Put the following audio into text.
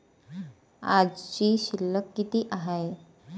आजची शिल्लक किती हाय?